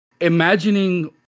imagining